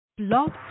Love